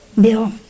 Bill